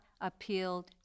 appealed